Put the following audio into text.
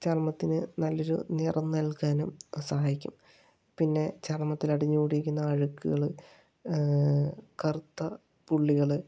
ചർമ്മത്തിന് നല്ലൊരു നിറം നൽകാനും സഹായിക്കും പിന്നെ ചർമ്മത്തിലടിഞ്ഞ് കൂടിയിരിക്കുന്ന അഴുക്കുകള് കറുത്ത പുള്ളികള്